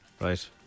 Right